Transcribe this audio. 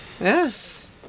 Yes